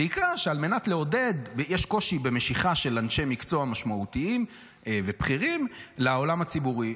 ויקרא שיש קושי במשיכה של אנשי מקצוע משמעותיים ובכירים לעולם הציבורי.